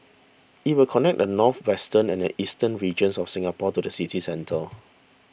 it will connect the northwestern and eastern regions of Singapore to the city centre